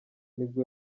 nibwo